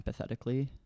empathetically